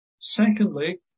Secondly